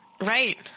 Right